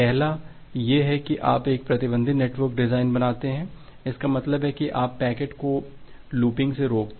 पहला यह है कि आप एक प्रतिबंधित नेटवर्क डिज़ाइन बनाते हैं इसका मतलब है कि आप पैकेट को लूपिंग से रोकते हैं